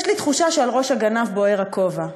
יש לי תחושה שעל ראש הגנב בוער הכובע.